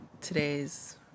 today's